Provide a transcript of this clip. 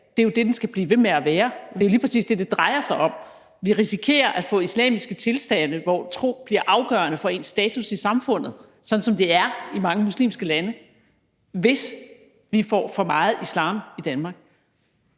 Det er jo det, den skal blive ved med at være. Det er lige præcis det, det drejer sig om. Vi risikerer at få islamiske tilstande, hvor tro bliver afgørende for ens status i samfundet, sådan som det er i mange muslimske lande, hvis vi får for meget islam i Danmark.